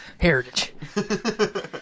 Heritage